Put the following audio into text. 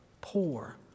poor